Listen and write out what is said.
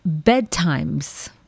bedtimes